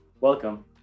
Welcome